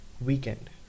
weekend